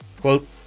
Quote